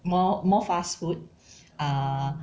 more more fast food ah